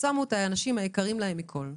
שמו את האנשים היקרים להם מכול,